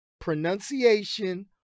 pronunciation